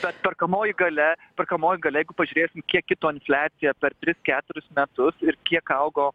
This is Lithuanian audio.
bet perkamoji galia perkamoji galia jeigu pažiūrėsim kiek kito infliacija per tris keturis metus ir kiek augo